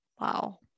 wow